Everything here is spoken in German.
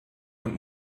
und